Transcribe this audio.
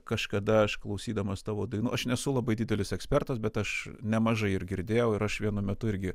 kažkada aš klausydamas tavo dainų aš nesu labai didelis ekspertas bet aš nemažai ir girdėjau ir aš vienu metu irgi